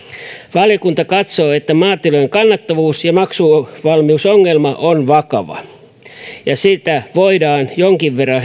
valiokunta katsoo että maatilojen kannattavuus ja maksuvalmiusongelma on vakava ja sitä voidaan jonkin verran